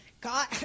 God